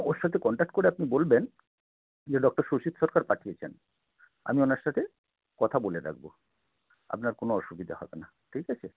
ওর সাথে কন্ট্যাক্ট করে আপনি বলবেন যে ডক্টর সুশীত সরকার পাঠিয়েছেন আমি ওনার সাথে কথা বলে রাখবো আপনার কোনও অসুবিধে হবে না ঠিক আছে